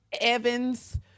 evans